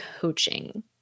coaching